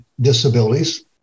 disabilities